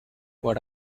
what